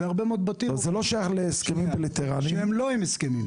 ובהרבה מאוד בתים עובדים שהם לא עם הסכמים.